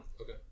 Okay